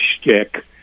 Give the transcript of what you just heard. shtick